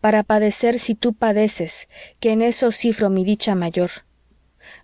para padecer si tú padeces que en eso cifro mi dicha mayor